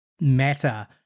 matter